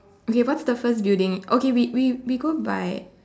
okay what's the first building okay we we we go by